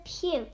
cute